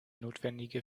notwendige